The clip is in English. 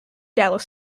dallas